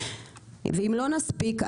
ואם לא נספיק,